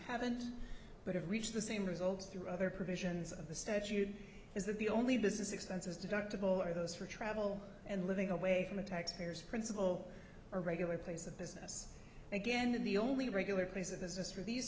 haven't reached the same result through other provisions of the statute is that the only business expenses deductible are those for travel and living away from the taxpayers principal or regular place of business again the only regular place of business for these